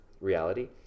reality